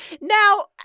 Now